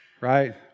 right